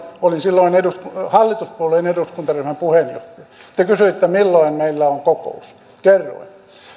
olin silloin hallituspuolueen eduskuntaryhmän puheenjohtaja te kysyitte milloin meillä on kokous kerroin